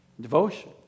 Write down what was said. devotion